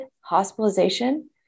hospitalization